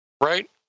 right